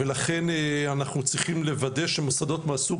ולכן אנחנו צריכים לוודא שמוסדות מהסוג